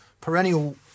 perennial